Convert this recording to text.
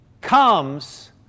comes